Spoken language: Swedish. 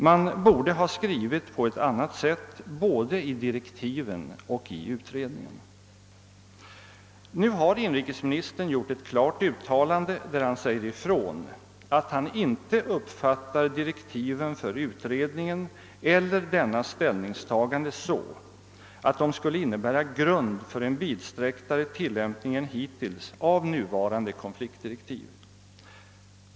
Man borde ha skrivit på ett annat sätt både i direktiven och i utredningen. Nu har inrikesministern gjort ett klart uttalande, där han säger ifrån att han »inte uppfattar direktiven för utredningen eller dess ställningstagande så, att de skulle innebära grund för en vidsträcktare tillämpning än hittills av nuvarande konfliktdirektiv».